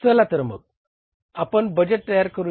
चला तर मग आपण बजेट तयार करूया